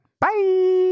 bye